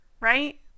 right